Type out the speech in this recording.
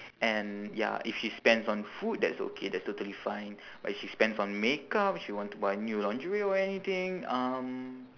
and ya if she spends on food that's okay that's totally fine but if she spends on makeup she want to buy new lingerie or anything um